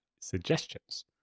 suggestions